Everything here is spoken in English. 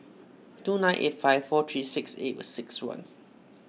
two nine eight five four three six eight six one